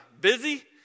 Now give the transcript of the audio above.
Busy